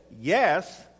yes